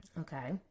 Okay